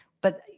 But-